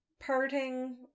parting